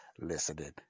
listening